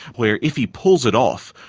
where if he pulls it off,